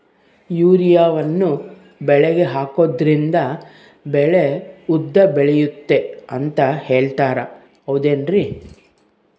ಯೂರಿಯಾವನ್ನು ಬೆಳೆಗೆ ಹಾಕೋದ್ರಿಂದ ಬೆಳೆ ಉದ್ದ ಬೆಳೆಯುತ್ತೆ ಅಂತ ಹೇಳ್ತಾರ ಹೌದೇನ್ರಿ?